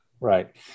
right